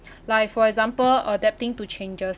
like for example adapting to changes